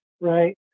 right